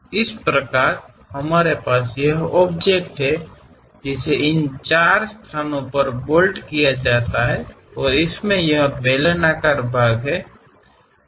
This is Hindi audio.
इसी प्रकार हमारे पास यह ऑब्जेक्ट है जिसे इन चार स्थानों पर बोल्ट किया जा सकता है और इसमें यह बेलनाकार भाग है